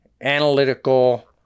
analytical